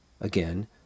again